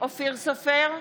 אופיר סופר,